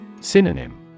Synonym